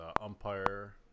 umpire